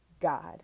God